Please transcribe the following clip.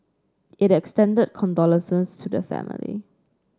it extended condolences to the family